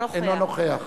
נגד יעקב